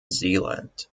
zealand